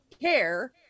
care